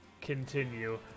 continue